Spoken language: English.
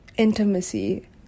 Intimacy